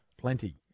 Plenty